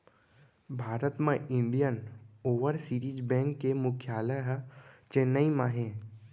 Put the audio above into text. भारत म Indian overseas bank के मुख्यालय ह चेन्नई म हे